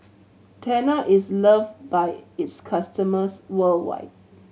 tena is loved by its customers worldwide